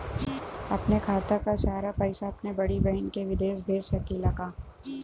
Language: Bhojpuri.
अपने खाते क सारा पैसा अपने बड़ी बहिन के विदेश भेज सकीला का?